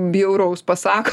bjauraus pasak